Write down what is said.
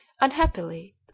Unhappily